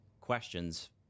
questions